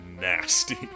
nasty